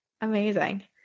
Amazing